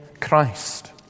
Christ